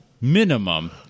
minimum